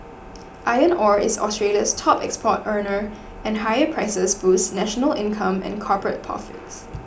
iron ore is Australia's top export earner and higher prices boosts national income and corporate profits